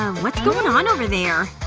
ah what's going on over there?